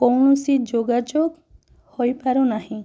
କୌଣସି ଯୋଗାଯୋଗ ହୋଇପାରୁନାହିଁ